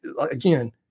again